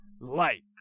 light